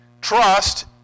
Trust